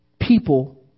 people